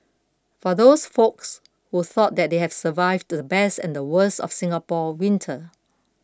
for those folks who thought that they have survived the best and the worst of Singapore winter